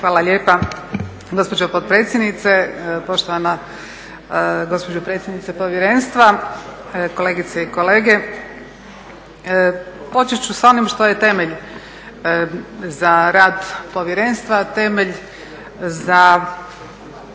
Hvala lijepa gospođo potpredsjednice, poštovana gospođo predsjednice povjerenstva, kolegice i kolege. Početi ću sa onim što je temelj za rad povjerenstva, temelj za